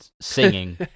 singing